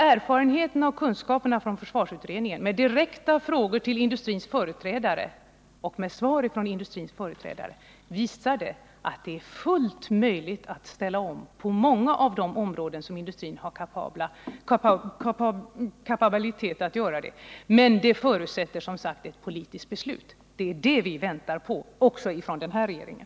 Nr 46 Erfarenheterna från försvarsutredningen av direkta frågor till industrins företrädare och svar från dessa gav vid handen att det är fullt möjligt att ställa om produktionen på många av de områden där industrin är kapabel att göra det. Men för detta krävs, som jag sagt, ett politiskt beslut. Det är ett sådant som vi ser fram emot, också av den nu sittande regeringen.